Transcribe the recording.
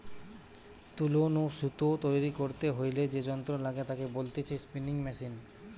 তুলো নু সুতো তৈরী করতে হইলে যে যন্ত্র লাগে তাকে বলতিছে স্পিনিং মেশিন